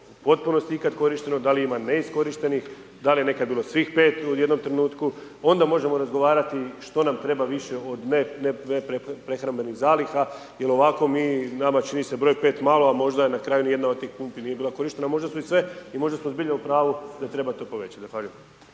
potpunosti ikad korišteno, da li ima neiskorištenih, da li je nekad bilo svih 5 u jednom trenutku, onda možemo razgovarati što nam treba više od neprehrambenih zaliha jel ovako mi, nama čini se broj 5 malo, a možda na kraju ni jedna od tih pumpi nije bila korištena, možda su i sve i možda su zbilja u pravu da to treba povećat.